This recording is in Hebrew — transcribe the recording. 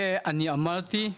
ואני אמרתי,